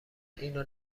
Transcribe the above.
اینو